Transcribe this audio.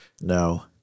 No